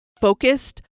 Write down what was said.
focused